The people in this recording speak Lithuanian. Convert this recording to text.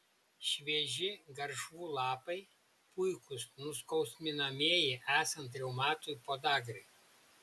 švieži garšvų lapai puikūs nuskausminamieji esant reumatui podagrai